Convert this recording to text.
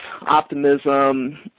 optimism